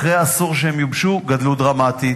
אחרי העשור שהם יובשו, גדלו דרמטית,